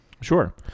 Sure